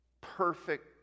perfect